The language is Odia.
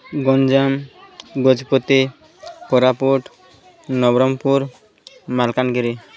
ଗଞ୍ଜାମ ଗଜପତି କୋରାପୁଟ ନବରଙ୍ଗପୁର ମାଲକାନଗିରି